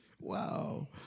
Wow